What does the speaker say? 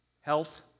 Health